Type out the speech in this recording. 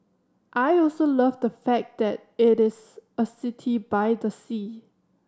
I also love the fact that it is a city by the sea